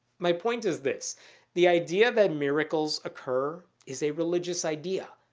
my point is this the idea that miracles occur is a religious idea.